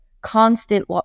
constant